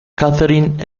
catherine